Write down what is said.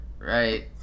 Right